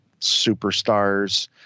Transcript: superstars